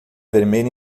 vermelha